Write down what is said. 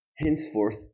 henceforth